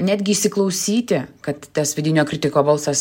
netgi įsiklausyti kad tas vidinio kritiko balsas